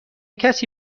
کسی